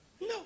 No